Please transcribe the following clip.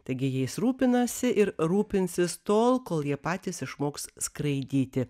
taigi jais rūpinasi ir rūpinsis tol kol jie patys išmoks skraidyti